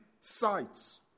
sites